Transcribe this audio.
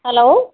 hello